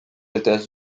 états